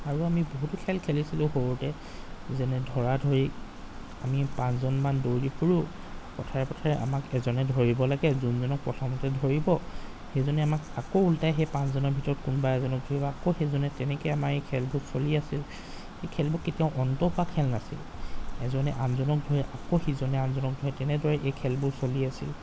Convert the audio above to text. আৰু আমি বহুতো খেল খেলিছিলো সৰুতে যেনে ধৰাধৰি আমি পাঁচজনমান দৌৰি ফুৰো পথাৰে পথাৰে আমাক এজনে ধৰিব লাগে যোনজনক প্ৰথমতে ধৰিব সেইজনে আমাক আকৌ ওল্টাই সেই পাঁচজনৰ ভিতৰত কোনোবা এজনক ধৰিব অকৌ সেইজনে তেনেকৈ আমাৰ এই খেলটো চলি আছিল এই খেলবোৰ কেতিয়াও অন্ত হোৱা খেল নাছিল এজনে আনজনক ধৰে আকৌ সিজনে আনজনক ধৰে তেনেদৰে এই খেলবোৰ চলি আছিল